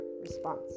response